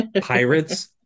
pirates